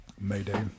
mayday